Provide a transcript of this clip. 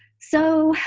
so,